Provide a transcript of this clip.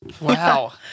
Wow